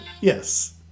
Yes